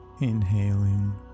inhaling